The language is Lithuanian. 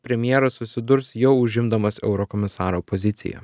premjeras susidurs jau užimdamas eurokomisaro poziciją